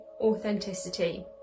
authenticity